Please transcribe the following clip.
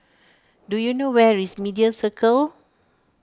do you know where is Media Circle